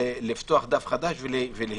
לפתוח דף חדש ולהשתקם.